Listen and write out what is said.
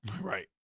right